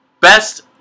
Best